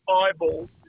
eyeballs